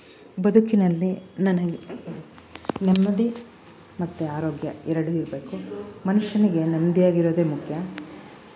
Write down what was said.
ಬದುಕಿನಲ್ಲಿ ನನಗೆ ನೆಮ್ಮದಿ ಮತ್ತು ಆರೋಗ್ಯ ಎರಡೂ ಇರಬೇಕು ಮನುಷ್ಯನಿಗೆ ನೆಮ್ಮದಿಯಾಗಿರೋದೇ ಮುಖ್ಯ